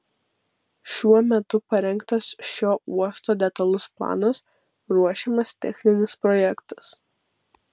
šiuo metu parengtas šio uosto detalus planas ruošiamas techninis projektas